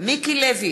מיקי לוי,